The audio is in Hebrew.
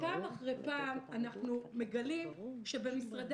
פעם אחרי פעם אנחנו מגלים שבמשרדי